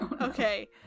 okay